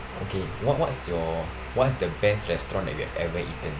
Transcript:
okay wha~ what's your what's the best restaurant that you have ever eaten